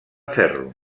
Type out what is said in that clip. ferro